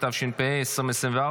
התשפ"ה 2024,